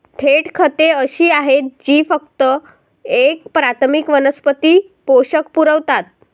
थेट खते अशी आहेत जी फक्त एक प्राथमिक वनस्पती पोषक पुरवतात